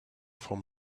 from